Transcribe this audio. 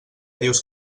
dius